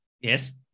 Yes